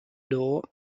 door